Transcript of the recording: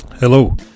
Hello